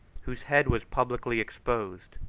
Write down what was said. whose head was publicly exposed,